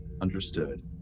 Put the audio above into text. Understood